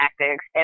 tactics